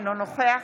אינו נוכח